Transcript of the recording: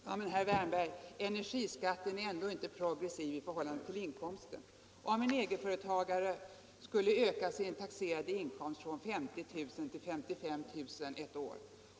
Herr talman! Men, herr Wärnberg, energiskatten är ändå inte proportionell i förhållande till inkomsten. Om en egenföretagare som har en taxerad inkomst på 50 000 ökar intäkten med 5 000 kr.